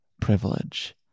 privilege